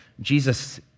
Jesus